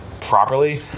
properly